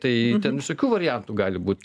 tai ten visokių variantų gali būt